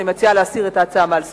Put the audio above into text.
אני מציעה להסיר את ההצעה מעל סדר-היום.